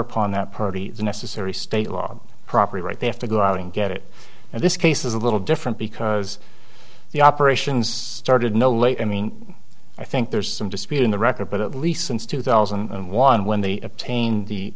upon that party the necessary state law property right they have to go out and get it and this case is a little different because the operations started no late i mean i think there's some dispute in the record but at least since two thousand and one when they obtained the